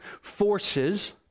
forces